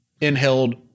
inhaled